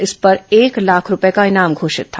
इस पर एक लाख रूपये का इनाम घोषित था